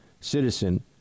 citizen